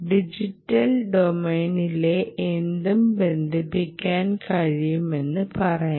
digital ഡൊമെയ്നിലെ എന്തും ബന്ധിപ്പിക്കാൻ കഴിയുമെന്ന് പറയാം